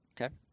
Okay